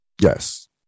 Yes